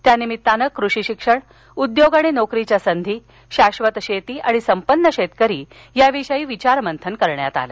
यानिमित्ताने कृषी शिक्षण उद्योग आणि नोकरीच्या संधी शाश्वत शेती आणि संपन्न शेतकरी याविषयी मंथन करण्यात आले